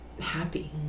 happy